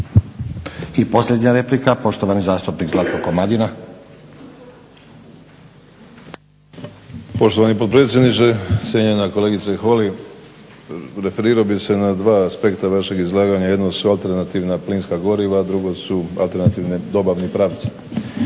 I posljednja replika. Poštovani zastupnik Zlatko Komadina. **Komadina, Zlatko (SDP)** Poštovani potpredsjedniče, cijenjena kolegice Holy. Referirao bih se na dva aspekta vašeg izlaganja. Jedno su alternativna plinska goriva, a drugi su alternativni dobavni pravi.